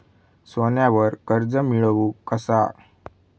सोन्यावर कर्ज मिळवू कसा?